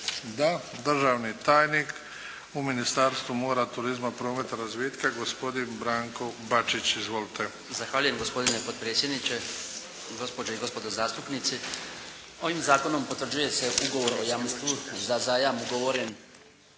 Da. Državni tajnik u Ministarstvu mora, turizma, prometa, razvitka gospodin Branko Bačić. Izvolite! **Bačić, Branko (HDZ)** Zahvaljujem gospodine predsjedniče, gospođe i gospodo zastupnici! Ovim zakonom potvrđuje se Ugovor o jamstvu za zajam ugovoren